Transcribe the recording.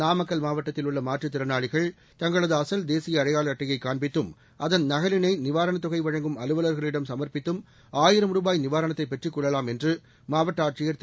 நாமக்கல் மாவட்டத்தில் உள்ள மாற்றுத் திறனாளிகள் தங்களது அசல் தேசிய அடையாள அட்டையை காண்பித்தும் அதன் நகலினை நிவாரணத் தொகை வழங்கும் அலுவலர்களிடம் சமர்ப்பித்து ஆயிரம் ரூபாய் நிவாரணத்தைப் பெற்றுக் கொள்ளலாம் என்று மாவட்ட ஆட்சியர் திரு